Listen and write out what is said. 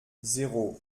zéro